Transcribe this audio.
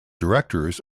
directors